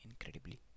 incredibly